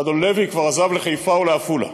ואדון לוי כבר עזב לחיפה או לעפולה.